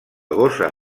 gossa